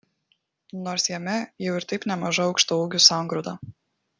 nors jame jau ir taip nemaža aukštaūgių sangrūda